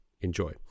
Enjoy